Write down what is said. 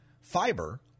fiber